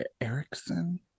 Erickson